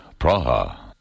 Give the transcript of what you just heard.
Praha